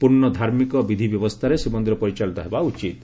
ପୂର୍ବ୍ଣ ଧାର୍ମିକ ବିଧିବ୍ୟବସ୍ରାରେ ଶ୍ରୀମନ୍ଦିର ପରିଚାଳିତ ହେବା ଉଚିତ୍